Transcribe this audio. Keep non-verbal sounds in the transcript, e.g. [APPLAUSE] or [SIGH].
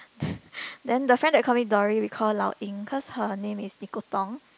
[BREATH] then the friend that called me Dory we call her Lao-Ying cause her name is Nicole-Tong